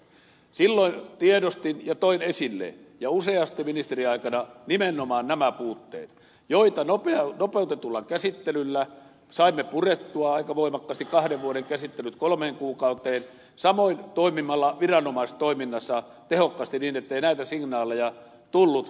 silloin tiedostin ja toin esille ja useasti ministeriaikanani nimenomaan nämä puutteet joita nopeutetulla käsittelyllä saimme purettua aika voimakkaasti kahden vuoden käsittelyt kolmeen kuukauteen samoin toimimalla viranomaistoiminnassa tehokkaasti niin ettei näitä signaaleja tullut